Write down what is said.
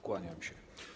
Kłaniam się.